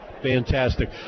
Fantastic